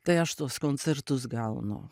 tai aš tuos koncertus gaunu